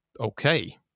Okay